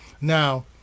Now